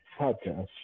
podcast